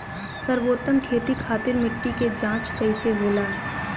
सर्वोत्तम खेती खातिर मिट्टी के जाँच कईसे होला?